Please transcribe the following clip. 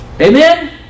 Amen